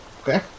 Okay